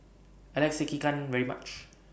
I like Sekihan very much